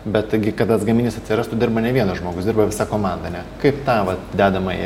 bet tai gi kad tas gaminys atsirastų dirba ne vienas žmogus dirba visa komanda ne kaip tą vat dedamąjį